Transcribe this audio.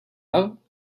out